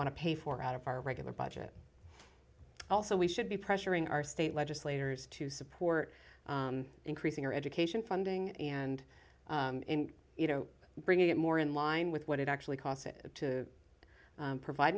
want to pay for out of our regular budget also we should be pressuring our state legislators to support increasing our education funding and you know bringing it more in line with what it actually cost to provide